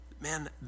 man